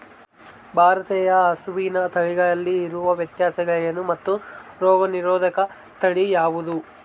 ಭಾರತೇಯ ಹಸುವಿನ ತಳಿಗಳಲ್ಲಿ ಇರುವ ವ್ಯತ್ಯಾಸಗಳೇನು ಮತ್ತು ರೋಗನಿರೋಧಕ ತಳಿ ಯಾವುದು?